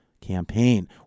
campaign